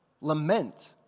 Lament